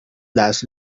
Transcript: las